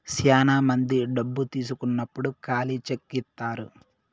శ్యానా మంది డబ్బు తీసుకున్నప్పుడు ఖాళీ చెక్ ఇత్తారు